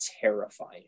terrifying